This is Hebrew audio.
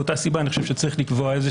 מאותה סיבה אני חושב שצריך לקבוע איזה